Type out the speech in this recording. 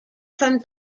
from